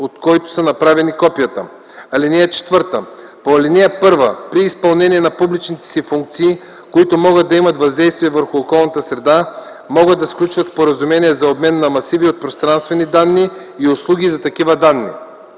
от които са направени копията. (4) Лицата по ал. 1 при изпълнение на публичните си функции, които могат да имат въздействие върху околната среда, могат да сключват споразумения за обмен на масиви от пространствени данни и услуги за такива данни.